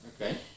Okay